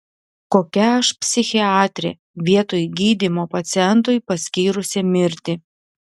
kokia aš psichiatrė vietoj gydymo pacientui paskyrusi mirtį